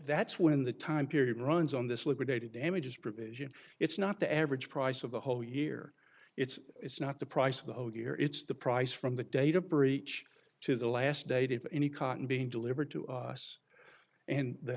that's when the time period runs on this liquidated damages provision it's not the average price of the whole year it's it's not the price of the whole year it's the price from the data breach to the last date if any cotton being delivered to us and the